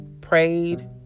prayed